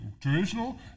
traditional